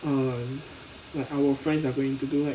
um like our friends are going to do like